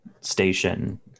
station